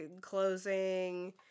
closing